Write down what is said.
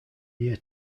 year